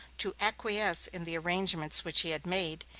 to acquiesce in the arrangements which he had made,